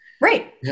Right